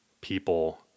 people